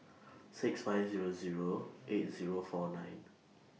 six five Zero Zero eight Zero four nine